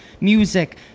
Music